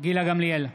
גילה גמליאל,